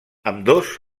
ambdós